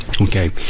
Okay